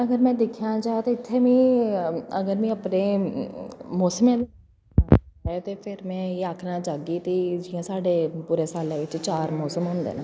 अगर में दिक्खेआ जा ते इत्थै मिगी अगर में अपने मौसमें दे ते फिर में एह् आखना चाह्गी कि जि'यां साढ़े पूरे सालै च चार मौसम होंदे न